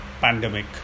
pandemic